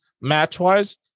match-wise